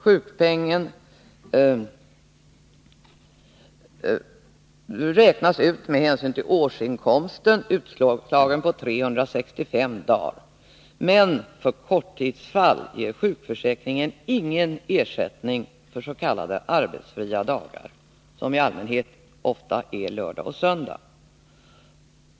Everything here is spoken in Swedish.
Sjukpenningen räknas ut med hänsyn till årsinkomsten, utslagen på 365 dagar. Men för korttidsfall ger sjukförsäkringen ingen ersättning för s.k. arbetsfria dagar, som oftast är lördag och söndag.